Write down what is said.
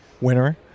winner